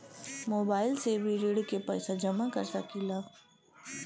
Mobile से भी ऋण के पैसा जमा कर सकी ला?